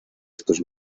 estos